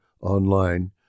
online